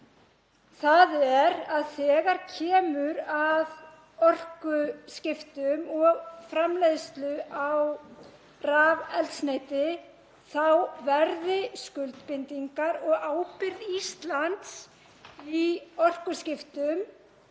Það er að þegar kemur að orkuskiptum og framleiðslu á rafeldsneyti verði skuldbindingar og ábyrgð Íslands í orkuskiptum